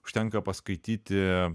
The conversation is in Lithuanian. užtenka paskaityti